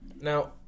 Now